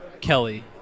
Kelly